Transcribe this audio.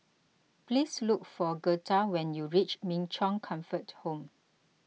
please look for Girtha when you reach Min Chong Comfort Home